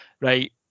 right